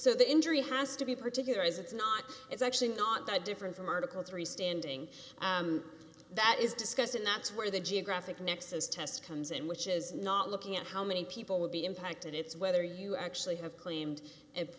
so the injury has to be particular as it's not it's actually not that different from article three standing that is discussed and that's where the geographic nexus test comes in which is not looking at how many people will be impacted it's whether you actually have claimed